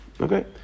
Okay